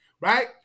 right